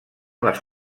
les